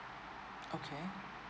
okay